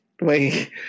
Wait